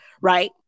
right